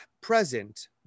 present